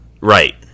Right